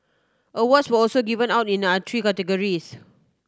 awards were also given out in other three categories